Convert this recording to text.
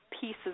pieces